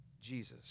Jesus